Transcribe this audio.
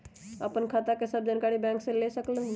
आपन खाता के सब जानकारी बैंक से ले सकेलु?